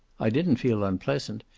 i didn't feel unpleasant.